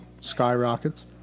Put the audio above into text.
skyrockets